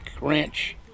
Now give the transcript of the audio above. Ranch